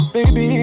Baby